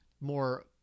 more